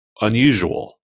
unusual